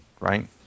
right